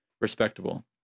respectable